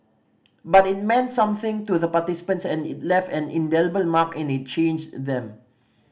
but it meant something to the participants and it left an indelible mark and it changed them